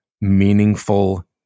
meaningful